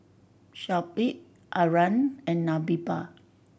Shoaib Aryan and Nabila